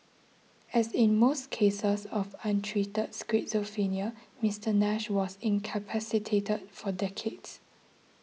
as in most cases of untreated schizophrenia Mister Nash was incapacitated for decades